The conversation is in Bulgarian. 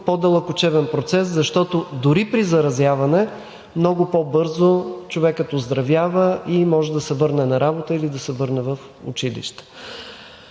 по-дълъг учебен процес, защото дори при заразяване много по-бързо човекът оздравява и може да се върне на работа или да се върне в училище.